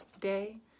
day